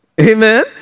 Amen